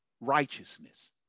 righteousness